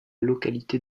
localité